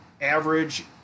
average